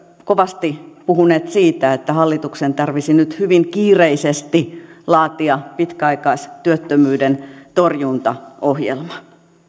kovasti puhuneet siitä että hallituksen tarvitsisi nyt hyvin kiireisesti laatia pitkäaikaistyöttömyyden torjuntaohjelma